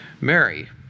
Mary